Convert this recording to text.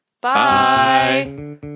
Bye